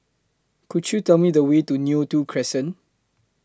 Could YOU Tell Me The Way to Neo Tiew Crescent